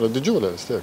yra didžiulė vis tiek